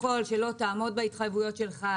ככל שלא תעמוד בהתחייבויות שלך,